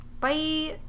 Bye